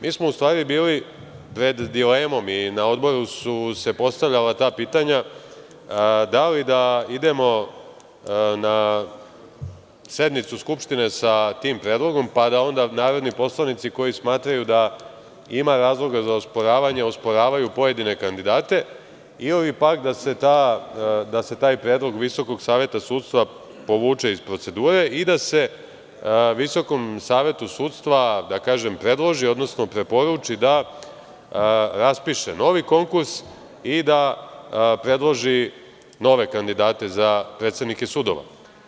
Mi smo u stvari bili pred dilemom i na Odboru su se postavljala ta pitanja, da li da idemo na sednicu Skupštine sa tim predlogom, pa da onda narodni poslanici koji smatraju da ima razloga za osporavanje, osporavaju pojedine kandidate ili pak da se taj predlog Visokog saveta sudstva povuče iz procedure i da se Visokom savetu sudstva, da kažem, predloži, odnosno preporuči da raspiše novi konkurs i da predloži nove kandidate za predsednike sudova.